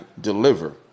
deliver